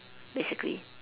basically